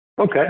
Okay